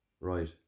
Right